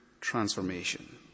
transformation